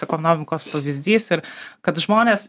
ekonomikos pavyzdys ir kad žmonės